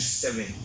seven